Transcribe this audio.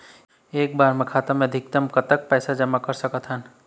एक बार मा खाता मा अधिकतम कतक पैसा जमा कर सकथन?